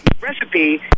recipe